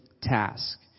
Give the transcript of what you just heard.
task